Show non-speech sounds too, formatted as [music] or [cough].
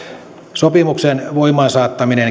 sopimuksen voimaansaattaminen [unintelligible]